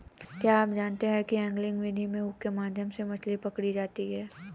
क्या आप जानते है एंगलिंग विधि में हुक के माध्यम से मछली पकड़ी जाती है